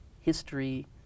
history